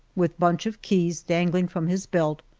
with bunch of keys dangling from his belt,